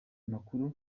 makuru